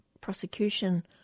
prosecution